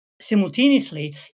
simultaneously